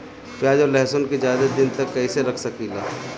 प्याज और लहसुन के ज्यादा दिन तक कइसे रख सकिले?